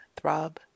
throb